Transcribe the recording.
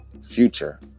future